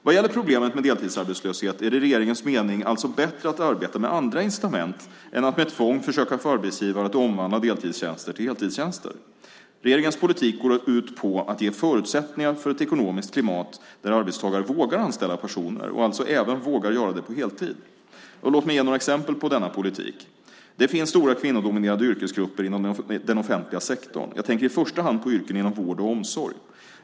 Vad gäller problemet med deltidsarbetslöshet är det enligt regeringens mening alltså bättre att arbeta med andra incitament än att med tvång försöka få arbetsgivare att omvandla deltidstjänster till heltidstjänster. Regeringens politik går ut på att ge förutsättningar för ett ekonomiskt klimat där arbetsgivare vågar anställa personer och alltså även vågar göra det på heltid. Låt mig ge några exempel på denna politik. Det finns stora kvinnodominerade yrkesgrupper inom den offentliga sektorn. Jag tänker i första hand på yrken inom vård och omsorg.